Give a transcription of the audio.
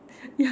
ya